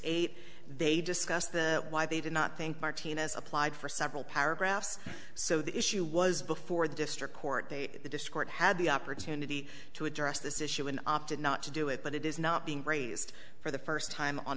eight they discussed the why they did not think martinez applied for several paragraphs so the issue was before the district court date the dischord had the opportunity to address this issue and opted not to do it but it is not being raised for the first time on